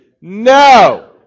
No